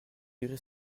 dirai